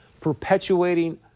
perpetuating